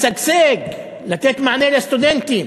לשגשג, לתת מענה לסטודנטים,